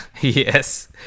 yes